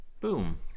Boom